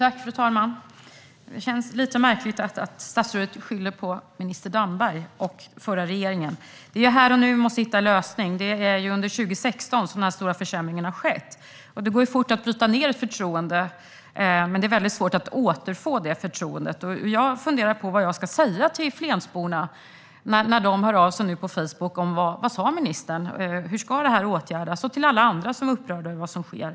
Fru talman! Det känns lite märkligt att statsrådet skyller på minister Damberg och den förra regeringen. Det är här och nu vi måste hitta en lösning. Det är under 2016 som den stora försämringen har skett. Det går fort att bryta ned ett förtroende, men det är svårt att återfå förtroendet. Jag har funderat över vad jag ska säga till Flensborna när de hör av sig på Facebook och till alla andra som är upprörda över vad som sker.